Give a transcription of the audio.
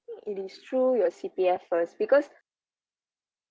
think it is through your C_P_F first because